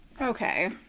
Okay